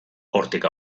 hortik